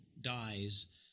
dies